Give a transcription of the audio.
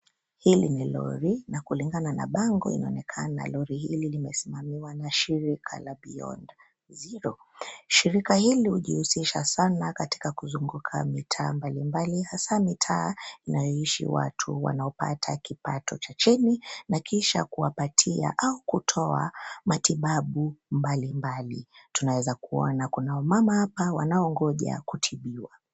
Kwenye lori na kulingana na bango, inaonekana lori hili limesimamiwa na shirika la beyond zero . Shirika hili ujihusisha sana katika kuzunguka mitaa mbalimbali hasa mitaa inayoishi watu wanaopata kipato cha chini na kisha kuwapatia au kutoa matibabu mbalimbali. Tunaweza kuona kuna wamama hapa wanaongoja kutibiwa.